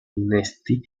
innesti